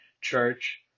church